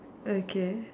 okay